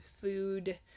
food